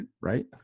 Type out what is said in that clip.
Right